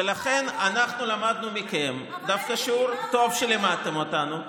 ולכן אנחנו למדנו מכם דווקא שיעור טוב שלימדתם אותנו,